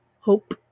hope